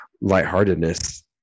lightheartedness